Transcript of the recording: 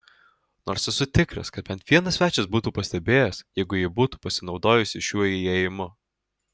nors esu tikras kad bent vienas svečias būtų pastebėjęs jeigu ji būtų pasinaudojusi šiuo įėjimu